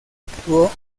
actuó